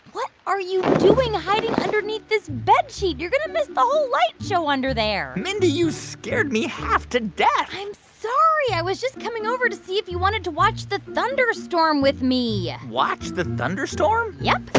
what are you doing hiding underneath this bedsheet? you're going to miss the whole light show under there mindy, you scared me half to death i'm sorry. i was just coming over to see if you wanted to watch the thunderstorm with me yeah watch the thunderstorm? yup.